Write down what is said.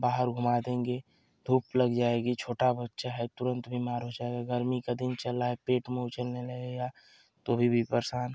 बाहर घुमा देंगे धूप लग जाएगी छोटा बच्चा है तुरंत बीमार हो जाएगा गर्मी का दिन चलला है पेट मुँह चलने लगेगा तो भी भी परेशान